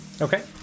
Okay